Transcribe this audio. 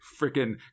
freaking